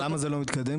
למה זה לא מתקדם?